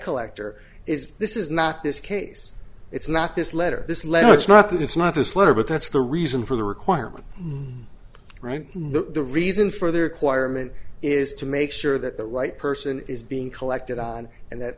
collector is this is not this case it's not this letter this letter it's not that it's not this letter but that's the reason for the requirement right know the reason for their requirements is to make sure that the right person is being collected on and that